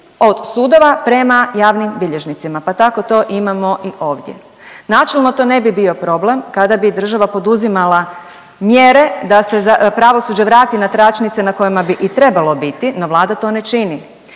od sudova prema javnim bilježnicima, pa tako to imamo i ovdje. Načelno to ne bi bio problem kada bi država poduzimala mjere da se pravosuđe vrati na tračnice na kojima bi i trebalo biti no Vlada to ne čini.